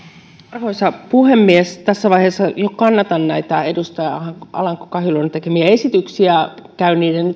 arvoisa puhemies tässä vaiheessa jo kannatan näitä edustaja alanko kahiluodon tekemiä esityksiä käy niiden